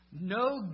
No